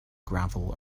gravel